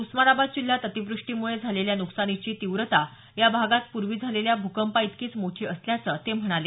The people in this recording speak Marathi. उस्मानाबाद जिल्ह्यात अतिव्रष्टीम्ळे झालेल्या नुकसानाची तीव्रता या भागात पूर्वी झालेल्या भूकंपाइतकीच मोठी असल्याचं ते म्हणाले